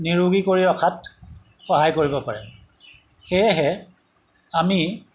নিৰোগী কৰি ৰখাত সহায় কৰিব পাৰে সেয়েহে আমি